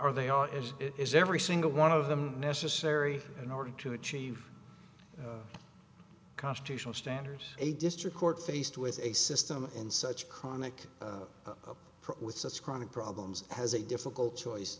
are they are as is every single one of them necessary in order to achieve constitutional standards a district court faced with a system in such chronic with such chronic problems has a difficult choice